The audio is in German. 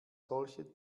solche